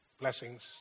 Blessings